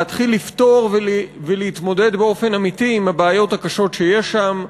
להתחיל לפתור ולהתמודד באופן אמיתי עם הבעיות הקשות שיש שם.